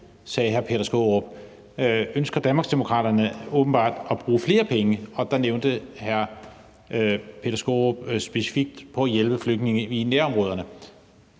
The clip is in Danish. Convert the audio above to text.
sagde hr. Peter Skaarup, ønsker Danmarksdemokraterne åbenbart at bruge flere penge, og der nævnte hr. Peter Skaarup, at det var specifikt på at hjælpe flygtninge i nærområderne.